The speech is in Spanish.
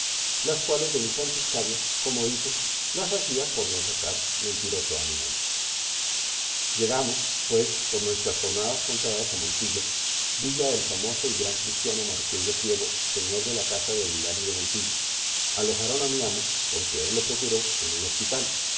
las cuales de mi santiscario como dicen las hacía por no sacar mentiroso a mi amo llegamos pues por nuestras jornadas contadas a montilla villa del famoso y gran cristiano marqués de priego señor de la casa de aguilar y de montilla alojaron a mi amo porque él lo procuró en un hospital